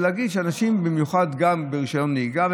במיוחד ברישיון נהיגה,